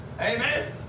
Amen